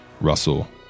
Russell